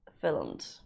filmed